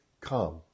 come